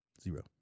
Zero